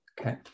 Okay